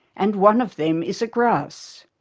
and one of them is a grass.